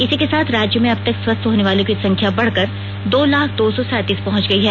इसी के साथ राज्य में अबतक स्वस्थ होने वालों की संख्या बढ़कर दो लाख दो सौ सैंतीस पहुंच गयी है